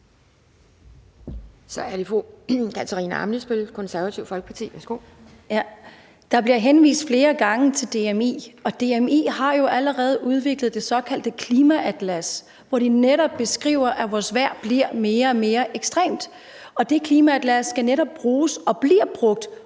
Der bliver henvist flere gange til DMI, og DMI har allerede udviklet det såkaldte klimaatlas, hvor de netop beskriver, at vores vejr bliver mere og mere ekstremt. Og det klimaatlas skal netop bruges og bliver brugt